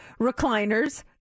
recliners